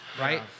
right